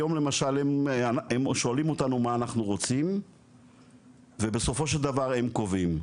היום למשל הם שואלים אותנו מה אנחנו רוצים ובסופו של דבר הם קובעים,